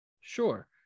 sure